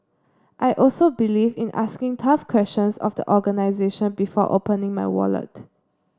I also believe in asking tough questions of the organisation before opening my wallet